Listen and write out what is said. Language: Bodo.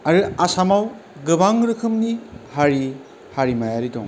आरो आसामाव गोबां रोखोमनि हारि हारिमायारि दं